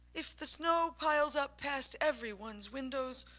if the snow piles up past everyone's windows,